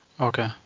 Okay